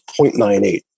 0.98